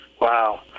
Wow